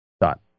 Dot